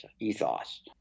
ethos